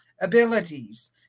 abilities